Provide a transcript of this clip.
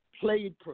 Played